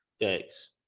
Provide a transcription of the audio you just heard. Thanks